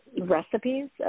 Recipes